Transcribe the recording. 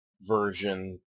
version